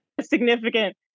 significant